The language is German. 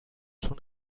schon